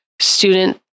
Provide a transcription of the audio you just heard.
student